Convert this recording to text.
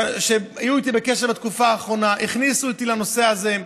שהיו איתי בקשר בתקופה האחרונה והכניסו אותי לנושא הזה.